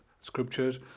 scriptures